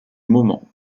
moment